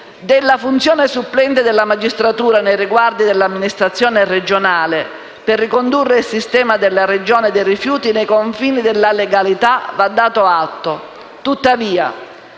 Della funzione supplente della magistratura nei riguardi dell'amministrazione regionale per ricondurre il sistema della gestione dei rifiuti nei confini della legalità va dato atto. Tuttavia,